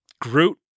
Groot